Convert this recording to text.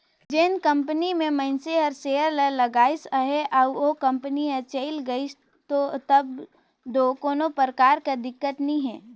जेन कंपनी में मइनसे हर सेयर ल लगाइस अहे अउ ओ कंपनी हर चइल गइस तब दो कोनो परकार कर दिक्कत नी हे